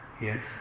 Yes